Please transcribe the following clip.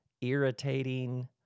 irritating